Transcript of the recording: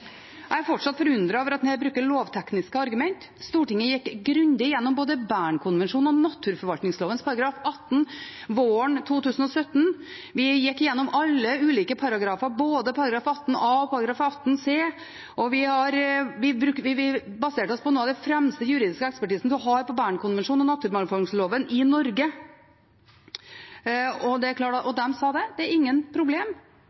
Jeg er fortsatt forundret over at en her bruker lovtekniske argumenter. Stortinget gikk grundig gjennom både Bernkonvensjonen og naturmangfoldloven § 18 våren 2017. Vi gikk gjennom alle ulike paragrafer, både § 18 a og § 18 c, og vi baserte oss på noe av den fremste juridiske ekspertisen en har på Bernkonvensjonen og naturmangfoldloven i Norge. De sa: Det er ikke noe problem